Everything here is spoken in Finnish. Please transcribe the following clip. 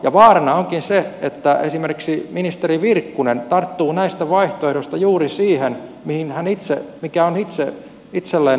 ja vaarana onkin se että esimerkiksi ministeri virkkunen tarttuu näistä vaihtoehdoista juuri siihen mikä on hänelle itselleen sopivin